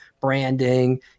branding